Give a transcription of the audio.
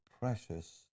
precious